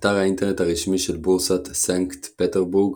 אתר האינטרנט הרשמי של בורסת סנקט פטרבורג